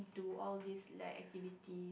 to all this like activity